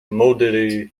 model